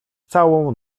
całą